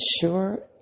sure